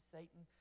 Satan